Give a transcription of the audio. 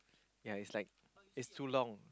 ya is like it's too long